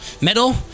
Middle